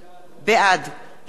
בעד יצחק הרצוג,